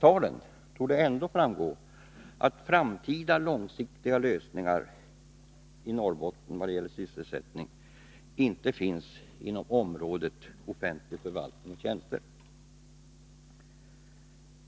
Av dessa procenttal torde framgå att framtida långsiktiga lösningar på sysselsättningsproblemen i Norrbotten inte finns inom området ”offentlig förvaltning och tjänster”.